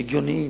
הגיוניות,